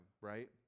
right